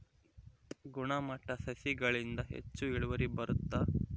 ಗುಣಮಟ್ಟ ಸಸಿಗಳಿಂದ ಹೆಚ್ಚು ಇಳುವರಿ ಬರುತ್ತಾ?